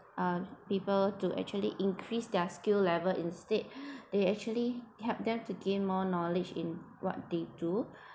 uh people to actually increase their skill level instead they actually helped them to gain more knowledge in what they do